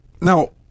Now